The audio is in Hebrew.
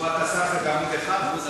תשובת השר בעמוד אחד?